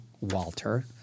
Walter